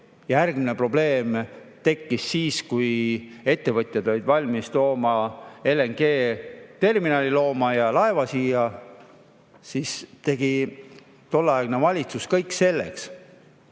Järgmine probleem tekkis siis, kui ettevõtjad olid valmis LNG-terminali looma ja laeva siia tooma. Siis tegi tolleaegne valitsus kõik selleks,